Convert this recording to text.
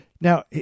Now